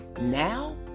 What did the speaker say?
now